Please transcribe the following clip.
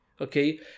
okay